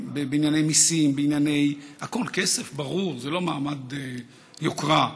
בענייני מיסים, הכול כסף, ברור, זה לא מעמד יוקרה,